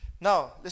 Now